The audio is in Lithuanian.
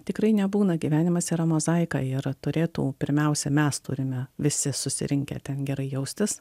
tikrai nebūna gyvenimas yra mozaika ir turėtų pirmiausia mes turime visi susirinkę ten gerai jaustis